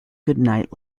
goodnight